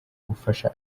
gufasha